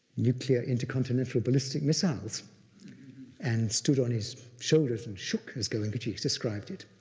nuclear intercontinental ballistic missiles and stood on his shoulders and shook, as goenkaji described it.